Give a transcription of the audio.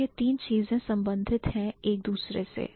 तो यह तीन चीजें संबंधित हैं एक दूसरे से